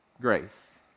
grace